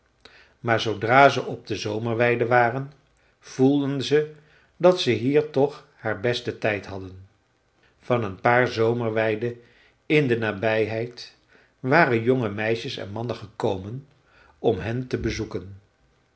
maar zoodra ze op de zomerweide waren voelden ze dat ze hier toch haar besten tijd hadden van een paar zomerweiden in de nabijheid waren jonge meisjes en mannen gekomen om hen te bezoeken